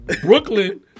Brooklyn